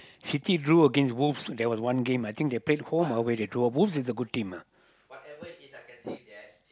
city drew against wolves there was one game I think they paid home ah where they draw wolves is a good team ah